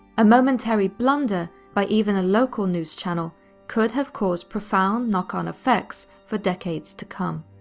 a momentary blunder by even a local news channel could have caused profound knock-on effects for decades to come.